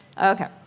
Okay